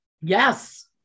Yes